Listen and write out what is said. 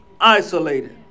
isolated